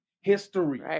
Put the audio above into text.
History